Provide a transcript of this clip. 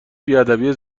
بیادبی